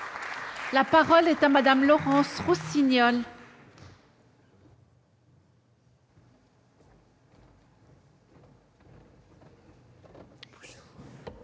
La parole est à Mme Laurence Rossignol. Madame